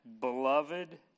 beloved